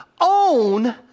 own